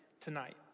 tonight